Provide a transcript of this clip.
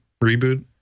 reboot